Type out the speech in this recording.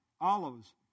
olives